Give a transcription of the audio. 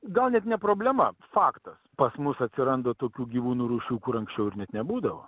gal net ne problema faktas pas mus atsiranda tokių gyvūnų rūšių kur anksčiau ir net nebūdavo